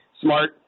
smart